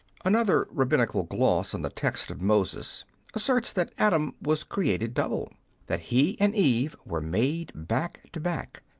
another rabbinical gloss on the text of moses asserts that adam was created double that he and eve were made back to back,